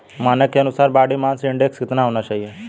मानक के अनुसार बॉडी मास इंडेक्स कितना होना चाहिए?